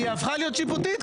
היא הפכה להיות שיפוטית,